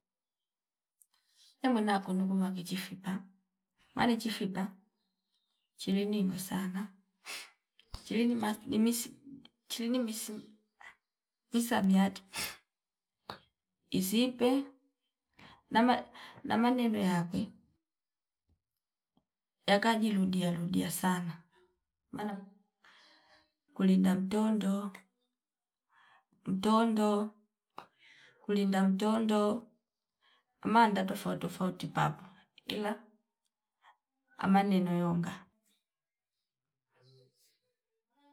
Nemwina kundu kunwa kichifipa mali chifipa chilindi nusana chilini ma mimisi chilini misim misamiati izipe nama- namaneno yakwe yakajiludia ludia sana maana kulinda mtondo, mtondo kulinda mtondo amada tafouti tafouti papo ila amaneno yonga